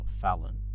Fallon